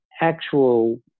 actual